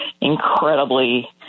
incredibly